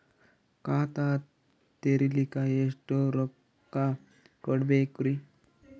ಖಾತಾ ತೆರಿಲಿಕ ಎಷ್ಟು ರೊಕ್ಕಕೊಡ್ಬೇಕುರೀ?